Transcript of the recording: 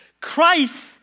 Christ